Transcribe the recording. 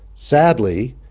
sadly,